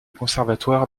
conservatoire